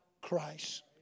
Christ